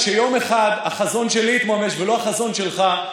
כשיום אחד החזון שלי יתממש ולא החזון שלך,